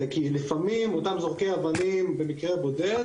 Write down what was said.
זה כי לפעמים אותם זורקי אבנים במקרה בודד,